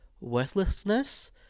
worthlessness